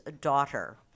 Daughter